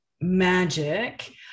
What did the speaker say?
magic